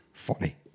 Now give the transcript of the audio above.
funny